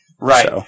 Right